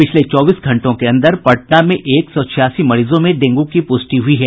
पिछले चौबीस घंटों के अंदर पटना में एक सौ छियासी मरीजों में डेंगू की पुष्टि हुई है